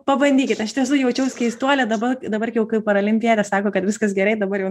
pabandykit aš iš tiesų jaučiausi keistuolė dabar dabar kai parolimpietė sako kad viskas gerai dabar jau